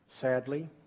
sadly